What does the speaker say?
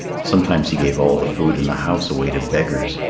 sometimes he gave all the food in the house away to beggars.